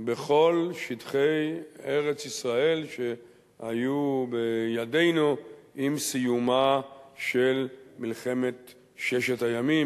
בכל שטחי ארץ-ישראל שהיו בידינו עם סיומה של מלחמת ששת הימים,